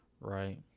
right